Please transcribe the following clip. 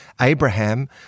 Abraham